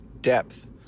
depth